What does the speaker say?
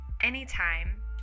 anytime